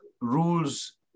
rules